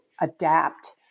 adapt